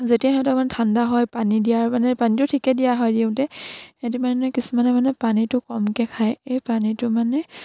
যেতিয়া সিহঁতক ঠাণ্ডা হয় পানী দিয়াৰ মানে পানীটো ঠিকে দিয়া হয় দিওঁতে সিহঁতি মানে কিছুমানে মানে পানীটো কমকে খায় এই পানীটো মানে